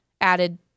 added